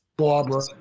Barbara